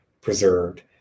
preserved